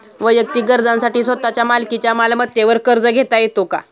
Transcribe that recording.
वैयक्तिक गरजांसाठी स्वतःच्या मालकीच्या मालमत्तेवर कर्ज घेता येतो का?